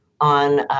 on